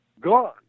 gone